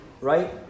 right